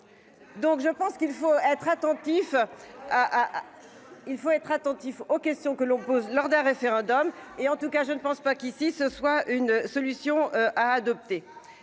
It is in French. Ah ah. Il faut être attentif aux questions que l'on pose lors d'un référendum. Et en tout cas je ne pense pas qu'ici, ce soit une solution à adopter.